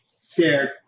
scared